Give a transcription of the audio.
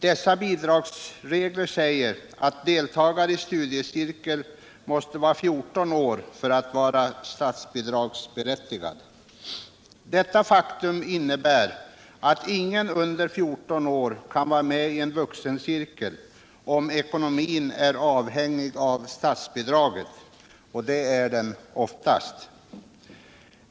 Dessa bidragsregler säger att deltagare i studiecirkel måste vara 14 år för att vara statsbidragsberättigad. Detta faktum innebär att ingen under 14 år kan vara med i en vuxencirkel om ekonomin är avhängig av statsbidraget, och det är den oftast.